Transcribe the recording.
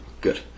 Good